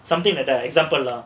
something like that ah example lah